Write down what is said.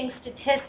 statistics